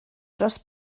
dros